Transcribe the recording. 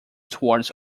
towards